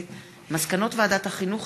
מסקנות ועדת החינוך,